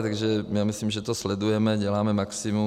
Takže myslím, že to sledujeme, děláme maximum.